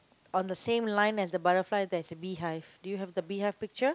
on the same line as the butterfly there's a beehive do you have the beehive picture